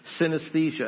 synesthesia